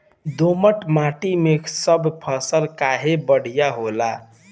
दोमट माटी मै सब फसल काहे बढ़िया होला?